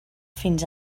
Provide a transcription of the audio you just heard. fins